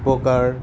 উপকাৰ